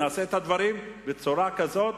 נעשה את הדברים בצורה כזאת,